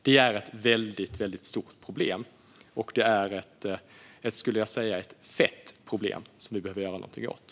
Det är ett stort problem, och det är ett "fett" problem som behöver åtgärdas.